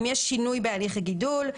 אם יש שינוי בהליך הגידול,